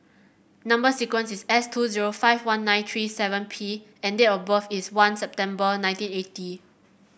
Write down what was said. number sequence is S two zero five one nine three seven P and date of birth is one September nineteen eighty